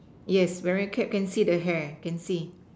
yes wearing cap can see the hair can see